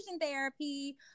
therapy